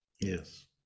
Yes